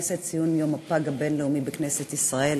ציון יום הפג הבין-לאומי בכנסת ישראל.